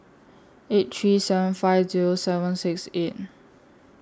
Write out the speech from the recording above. eight three seven five Zero seven six eight